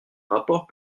rapport